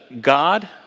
God